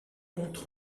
comptes